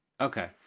Okay